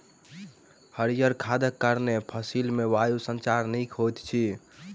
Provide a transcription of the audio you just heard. हरीयर खादक कारण फसिल मे वायु संचार नीक होइत अछि